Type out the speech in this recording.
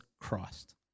Christ